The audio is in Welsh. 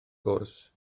gwrs